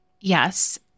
yes